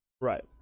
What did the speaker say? Right